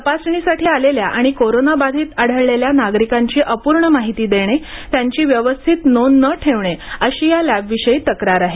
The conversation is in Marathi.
तपासणीसाठी आलेल्या आणि कोरोनाबाधित आढळलेल्या नागरिकांची अपूर्ण माहिती देणे त्यांची व्यवस्थित नोंद न ठेवणे अशी या लॅबविषयी तक्रार आहे